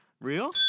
Real